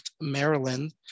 maryland